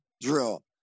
drill